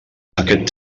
aquest